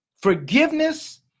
Forgiveness